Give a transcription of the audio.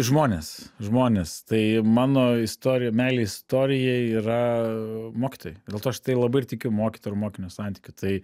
žmonės žmonės tai mano istorija meilė istorijai yra mokytojai dėl to aš tai labai ir tikiu mokytojo ir mokinio santykiu tai